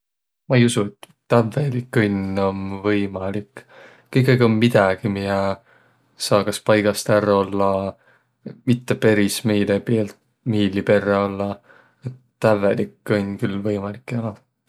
Maq ei usuq, et tävvelik õnn om võimalik. Kõikaig om midägi, miä saa kas paigast ärq ollaq, mitte peris meile miili perrä ollaq. Et tävvelik õnn küll võimalik ei olõq.